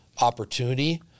opportunity